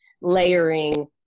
layering